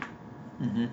mmhmm